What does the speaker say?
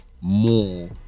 more